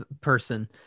person